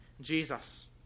Jesus